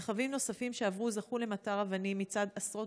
רכבים נוספים שעברו זכו למטר אבנים מצד עשרות